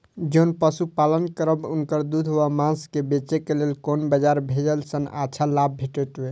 जोन पशु पालन करब उनकर दूध व माँस के बेचे के लेल कोन बाजार भेजला सँ अच्छा लाभ भेटैत?